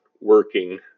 working